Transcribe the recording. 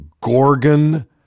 Gorgon